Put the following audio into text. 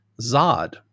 Zod